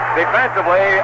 defensively